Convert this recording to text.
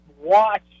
watch